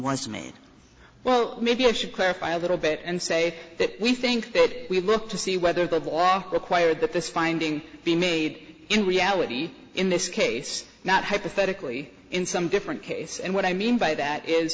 was made well maybe i should clarify a little bit and say that we think that we look to see whether that required that this finding be made in reality in this case not hypothetically in some different case and what i mean by that is